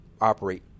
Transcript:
operate